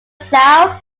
south